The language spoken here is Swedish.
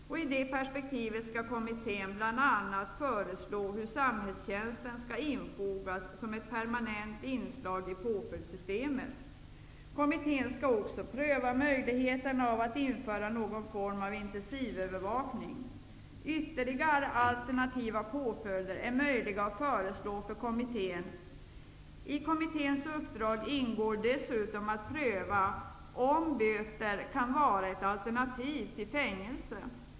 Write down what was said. I detta perspektiv skall kommittén föreslå hur samhällstjänsten skall infogas som ett permanent inslag i påföljdssystemet. Kommittén skall också pröva möjligheten av att införa någon form av intensivövervakning, och ytterligare alternativa påföljder är möjliga att föreslå för kommittén. I kommitténs uppdrag ingår dessutom att pröva om böter kan vara ett alternativ till fängelse.